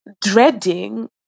dreading